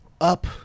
up